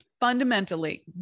fundamentally